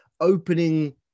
opening